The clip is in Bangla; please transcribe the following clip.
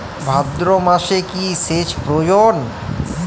ভাদ্রমাসে কি সেচ প্রয়োজন?